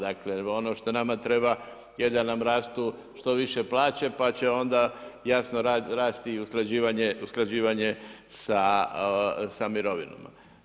Dakle ono što nama treba je da nam rastu što više plaće pa će onda jasno rasti i usklađivanje sa mirovinama.